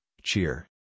Cheer